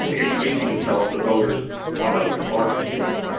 ah introducing himself to voters on a larger stage.